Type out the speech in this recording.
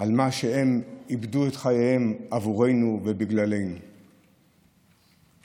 על שהם איבדו את חייהם בעבורנו ובגללנו ולמעננו.